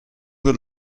per